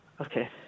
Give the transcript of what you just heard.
Okay